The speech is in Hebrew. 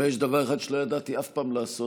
אבל יש דבר אחד שלא ידעתי אף פעם לעשות,